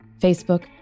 Facebook